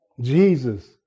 jesus